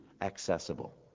accessible